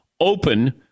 open